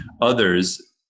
others